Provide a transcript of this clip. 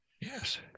Yes